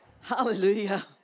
Hallelujah